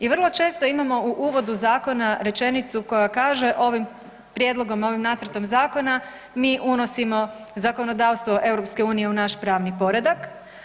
I vrlo često imamo u uvodu zakona rečenicu koja kaže ovim prijedlogom, ovim nacrtom zakona mi unosimo zakonodavstvo EU u naš pravni poredak.